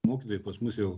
mokytojai pas mus jau